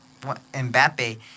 Mbappe